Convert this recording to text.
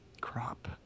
crop